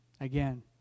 again